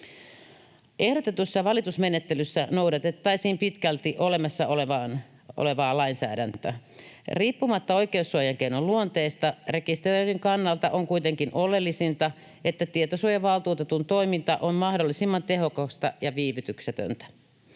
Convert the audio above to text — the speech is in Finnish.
Ehdotetussa valitusmenettelyssä noudatettaisiin pitkälti olemassa olevaa lainsäädäntöä. Riippumatta oikeussuojakeinon luonteesta, rekisteröinnin kannalta on kuitenkin oleellisinta, että tietosuojavaltuutetun toiminta on mahdollisimman tehokasta ja viivytyksetöntä.